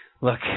look